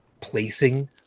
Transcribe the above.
placing